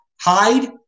hide